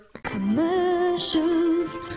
commercials